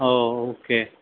oh okay